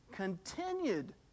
continued